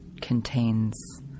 contains